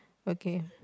okay